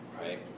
right